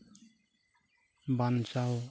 ᱵᱟᱧᱪᱟᱣ